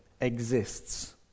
exists